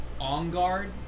On-guard